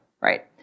right